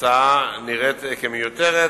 ההצעה נראית כמיותרת,